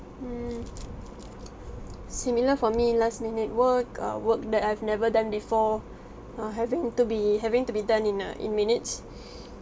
hmm similar for me last minute work uh work that I've never done before uh having to be having to be done in err in minutes